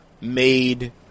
made